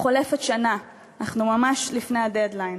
חולפת שנה, אנחנו ממש לפני ה"דד-ליין".